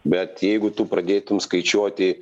bet jeigu tu pradėtum skaičiuoti